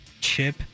Chip